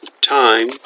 time